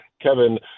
Kevin